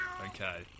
Okay